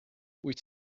wyt